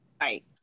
Right